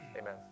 Amen